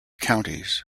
counties